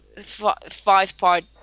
five-part